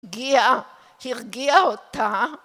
...גיע, הרגיע אותה.